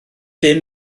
bum